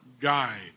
guide